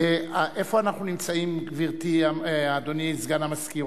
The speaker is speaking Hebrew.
איפה אנחנו נמצאים כרגע, אדוני סגן המזכיר?